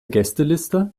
gästeliste